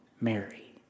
Mary